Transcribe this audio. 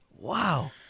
Wow